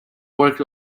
worked